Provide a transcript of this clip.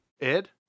Ed